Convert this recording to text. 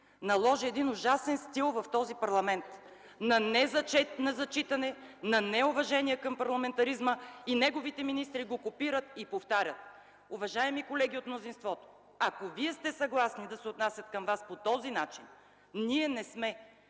наложи един ужасен стил в този парламент – на незачитане, на неуважение към парламентаризма, и неговите министри го копират и повтарят. Уважаеми колеги от мнозинството, ако вие сте съгласни да се отнасят към вас по този начин – ние не сме.